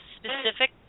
specific